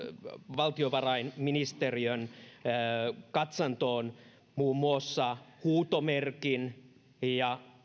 valtiovarainministeriön katsantoon muun muassa huutomerkin ja